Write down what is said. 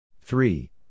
three